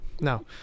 No